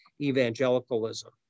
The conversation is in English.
evangelicalism